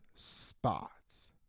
spots